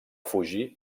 fugir